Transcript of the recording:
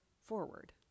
forward